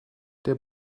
der